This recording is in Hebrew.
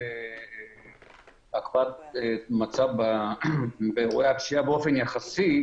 הקפאת מצב באירועי הפשיעה באופן יחסי,